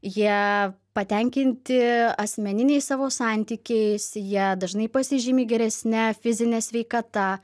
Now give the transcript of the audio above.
jie patenkinti asmeniniais savo santykiais jie dažnai pasižymi geresne fizine sveikata